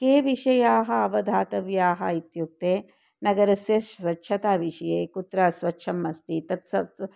के विषयाः अवधातव्याः इत्युक्ते नगरस्य स्वच्छताविषये कुत्र अस्वच्छम् अस्ति तत्सर्वम्